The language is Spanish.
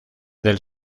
del